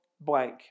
blank